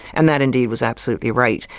and that indeed was absolutely right.